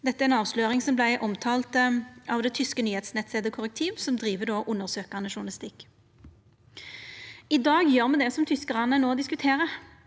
Dette er ei avsløring som vart omtalt av den tyske nyheitsnettstaden Correctiv, som driv undersøkjande journalistikk. I dag gjer me det som tyskarane no diskuterer.